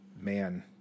man